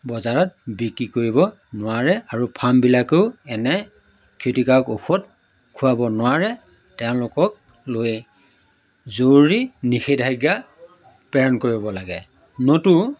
বজাৰত বিক্ৰী কৰিব নোৱাৰে আৰু ফাৰ্মবিলাকেও এনে ক্ষতিকাৰক ঔষধ খুৱাব নোৱাৰে তেওঁলোকক লৈ জৰুৰী নিষেধাজ্ঞা প্ৰেৰণ কৰিব লাগে নতু